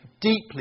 deeply